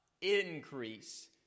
increase